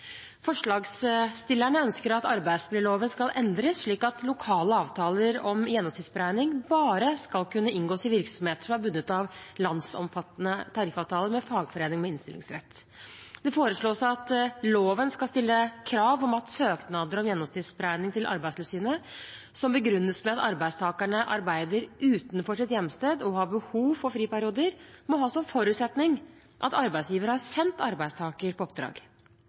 Forslagsstillerne ønsker at arbeidsmiljøloven skal endres slik at lokale avtaler om gjennomsnittsberegning bare skal kunne inngås i virksomheter som er bundet av landsomfattende tariffavtale med fagforening med innstillingsrett. Det foreslås at loven skal stille krav om at søknader om gjennomsnittsberegning til Arbeidstilsynet som begrunnes med at arbeidstakerne arbeider utenfor sitt hjemsted og har behov for friperioder, må ha som forutsetning at arbeidsgiver har sendt arbeidstakerne på oppdrag.